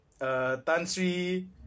Tansri